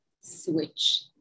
switch